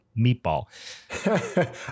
Meatball